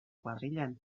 kuadrillan